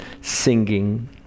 singing